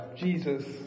Jesus